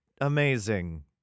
amazing